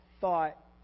thought